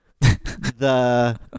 the-